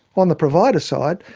on the provider side,